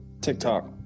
TikTok